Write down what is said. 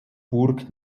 burg